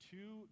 Two